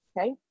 Okay